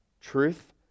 Truth